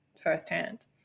firsthand